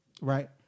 Right